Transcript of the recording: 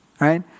right